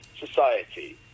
society